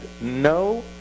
no